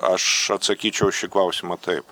aš atsakyčiau į šį klausimą taip